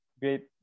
great